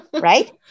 right